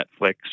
Netflix